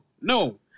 no